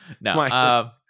No